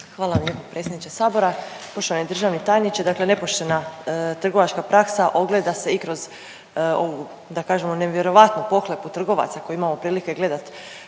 Hvala vam predsjedniče sabora. Poštovani državni tajniče, dakle nepoštena trgovačka praksa ogleda se i kroz ovu da kažemo nevjerojatnu pohlepu trgovaca koju imamo prilike gledat